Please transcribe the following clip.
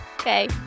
Okay